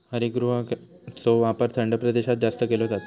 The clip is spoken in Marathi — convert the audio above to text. हरितगृहाचो वापर थंड प्रदेशात जास्त केलो जाता